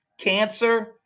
Cancer